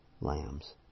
lambs